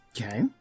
Okay